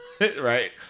right